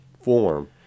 form